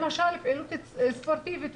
למשל פעילות ספורטיבית.